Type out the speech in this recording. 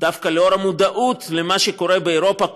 דווקא לאור המודעות למה שקורה באירופה,